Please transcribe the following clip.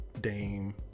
Dame